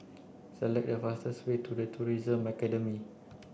select the fastest way to The Tourism Academy